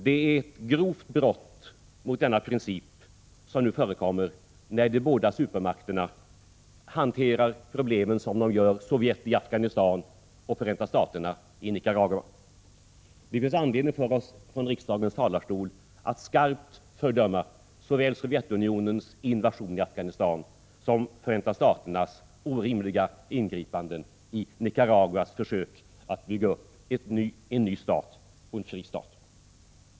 Det är ett grovt brott mot denna princip när de båda supermakterna hanterar problemen som de gör, Sovjet i Afghanistan och Förenta Staterna i Nicaragua. Det finns anledning för oss att från riksdagens talarstol skarpt fördöma såväl Sovjetunionens invasion i Afghanistan som Förenta Staternas orimliga ingripanden i Nicaraguas försök att bygga upp en ny stat och en fri stat.